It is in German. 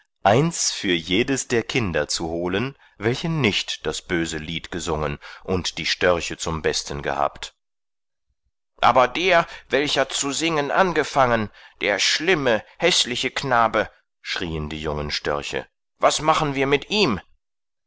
eins für jedes der kinder zu holen welche nicht das böse lied gesungen und die störche zum besten gehabt aber der welcher zu singen angefangen der schlimme häßliche knabe schrieen die jungen störche was machen wir mit ihm